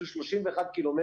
שהוא 31 ק"מ,